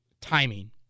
timing